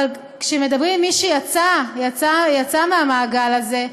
אבל כשמדברים עם מי שיצאה מהמעגל הזה,